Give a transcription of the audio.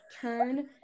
turn